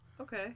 Okay